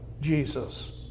Jesus